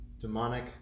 demonic